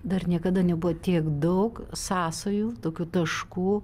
dar niekada nebuvo tiek daug sąsajų tokių taškų